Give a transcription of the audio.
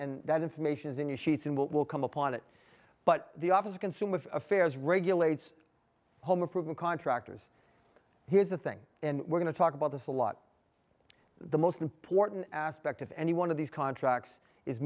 and that information is in new sheets and what will come upon it but the office consumed with affairs regulates home improvement contractors here's the thing we're going to talk about this a lot the most important aspect of any one of these contracts is